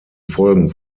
folgen